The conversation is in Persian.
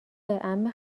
عمه